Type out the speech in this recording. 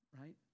right